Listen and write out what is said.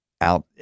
out